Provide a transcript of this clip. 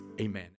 amen